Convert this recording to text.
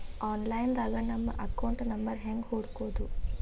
Online ದಾಗ ನಮ್ಮ account number ಹೆಂಗ್ ಹುಡ್ಕೊದು?